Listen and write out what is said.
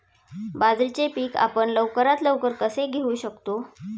बाजरीचे पीक आपण लवकरात लवकर कसे घेऊ शकतो?